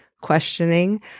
questioning